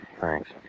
Thanks